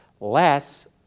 less